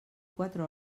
quatre